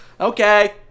Okay